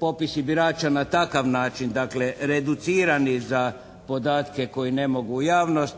popisi birača na takav način dakle reducirani za podatke koji ne mogu u javnost